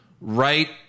right